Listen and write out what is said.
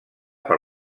per